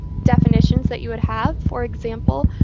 definitions that you would have. for example,